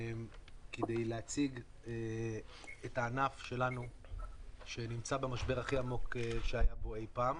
כדי להציג את הענף שלנו שנמצא כעת במשבר הכי עמוק מאי פעם.